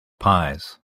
pies